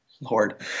Lord